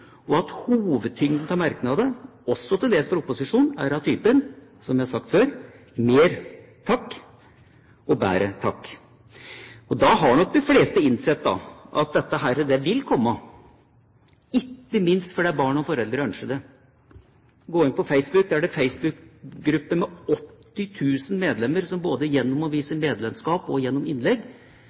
og at hovedtyngden av merknadene, også til dels fra opposisjonen, er av typen, som jeg har sagt før: mer, takk, og bedre, takk. Da har nok de fleste innsett at dette vil komme, ikke minst fordi barn og foreldre ønsker det. Går man inn på Facebook, er det der en gruppe med 80 000 medlemmer som både gjennom